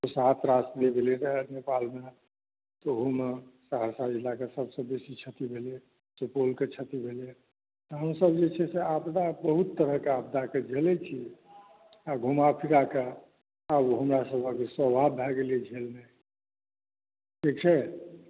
कुसहा त्रासद जे भेलै रहए नेपालमे तहुँमे सहरसा जिलाके सभसे बेसी क्षति भेलै सुपौलक क्षति भेलै हमसभ जे छै आपदा बहुत तरहके आपदाके झेलैत छी आ घूमा फिराकऽ आब हमरसभक जे स्वभाव भै गेलै झेलनाइ ठीक छै